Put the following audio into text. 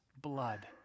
blood